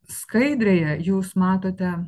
skaidrėje jūs matote